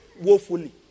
woefully